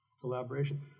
collaboration